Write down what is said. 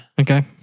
Okay